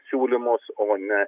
siūlymus o ne